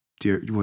dear